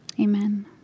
Amen